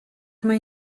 mae